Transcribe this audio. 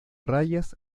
rayas